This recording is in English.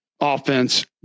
offense